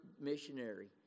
missionary